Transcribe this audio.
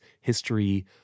history